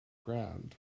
ground